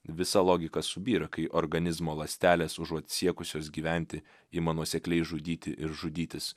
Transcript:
visa logika subyra kai organizmo ląstelės užuot siekusios gyventi ima nuosekliai žudyti ir žudytis